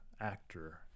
actor